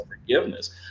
forgiveness